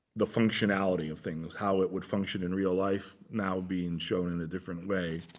the functionality of things, how it would function in real life, now being shown in a different way.